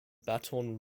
baton